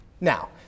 Now